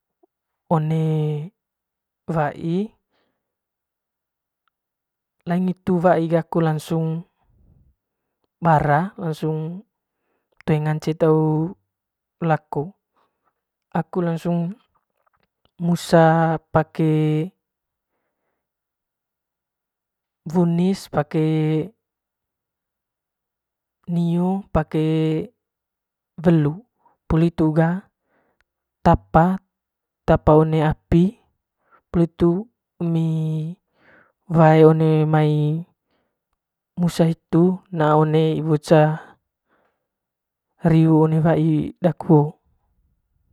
One wai laing hitu wai gaku bara lansung bara toe ngance tau lako aku lansung musa pake wunis pake, nio pake welu poli hitu ga tapa tapa one api poli hitu emi wae one musa hitu na one ce riu one wai daku hoo.